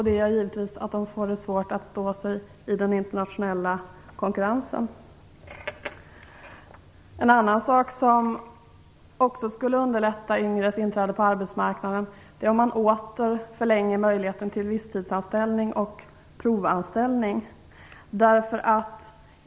Det gör givetvis att företagen får svårt att stå sig i den internationella konkurrensen. En annan sak som också skulle underlätta yngres inträde på arbetsmarknaden vore om man åter förlängde möjligheten till visstidsanställning och provanställning.